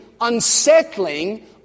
unsettling